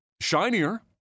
shinier